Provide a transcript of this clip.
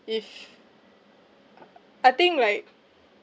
if uh I think like